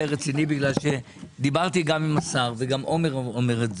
רציני כי דיברתי עם השר וגם עומר אומר את זה.